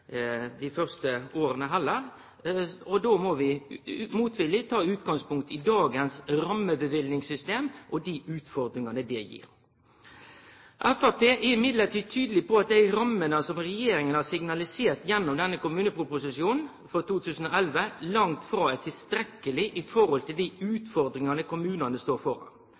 dei første åra heller. Då må vi motvillig ta utgangspunkt i dagens rammeløyvingssystem og dei utfordringane det gir. Framstegspartiet er likevel tydeleg på at dei rammene som regjeringa har signalisert gjennom denne kommuneproposisjonen for 2011, langt frå er tilstrekkelege i forhold til dei utfordringane kommunane står